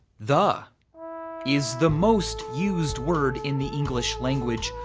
the is the most used word in the english language.